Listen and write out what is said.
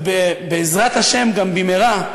ובעזרת השם גם במהרה,